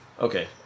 Okay